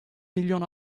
milyon